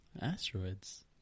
Asteroids